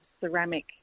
ceramic